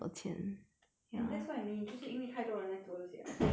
and that's what I mean 就是因为太多人在做这些了所以 it's like